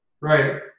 Right